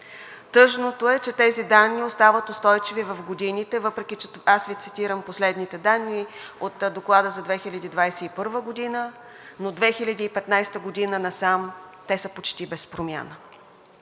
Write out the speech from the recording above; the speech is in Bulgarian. Тъжното е, че тези данни остават устойчиви в годините, въпреки че аз Ви цитирам последните данни от доклада за 2021 г., но от 2015 г. насам те са почти без промяна.